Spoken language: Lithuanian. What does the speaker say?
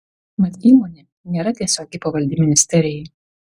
mat įmonė nėra tiesiogiai pavaldi ministerijai